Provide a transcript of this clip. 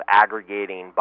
aggregating